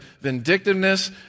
vindictiveness